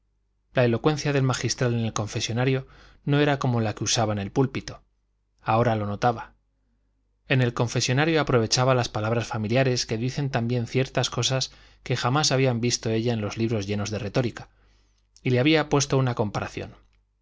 la elocuencia del magistral en el confesonario no era como la que usaba en el púlpito ahora lo notaba en el confesonario aprovechaba las palabras familiares que dicen tan bien ciertas cosas que jamás había visto ella en los libros llenos de retórica y le había puesto una comparación